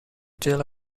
tell